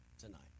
tonight